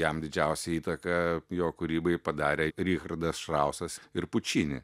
jam didžiausią įtaką jo kūrybai padarė richardas štrausas ir pučini